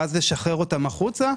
ואז לשחרר אותם החוצה,